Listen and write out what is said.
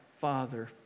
Father